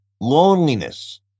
loneliness—